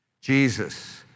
Jesus